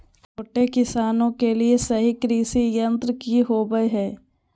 छोटे किसानों के लिए सही कृषि यंत्र कि होवय हैय?